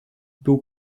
był